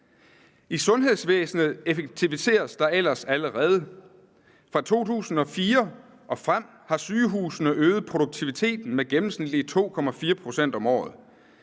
I sundhedsvæsenet effektiviseres der ellers allerede. Fra 2004 og frem har sygehusene øget produktiviteten med gennemsnitligt 2,4 pct. om året.